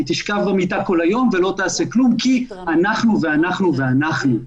היא תשכב במיטה כל היום ולא תעשה כלום כי אנחנו ואנחנו ואנחנו.